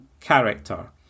character